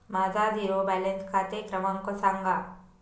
माझा zero balance खाते क्रमांक सांगा